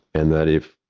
and that if,